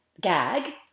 gag